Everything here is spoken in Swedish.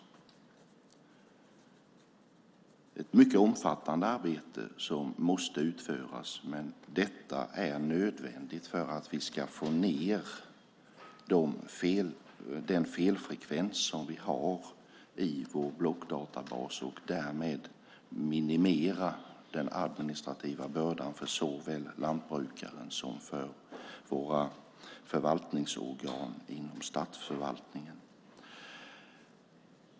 Det är ett mycket omfattande arbete som måste utföras, men det är nödvändigt för att vi ska få ned den felfrekvens som vi har i vår blockdatabas och därmed minimera den administrativa bördan såväl för lantbrukaren som för våra förvaltningsorgan inom statsförvaltningen.